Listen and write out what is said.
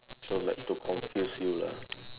so like to confuse you lah